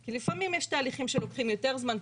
כי לפעמים יש תהליכים שלוקחים יותר זמן,